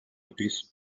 papers